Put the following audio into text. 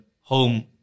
home